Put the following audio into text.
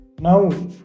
Now